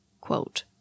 Quote